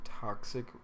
toxic